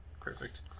Perfect